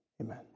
amen